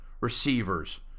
receivers